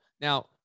Now